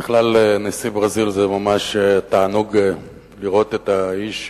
בכלל, נשיא ברזיל, זה ממש תענוג לראות את האיש.